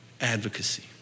advocacy